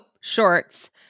shorts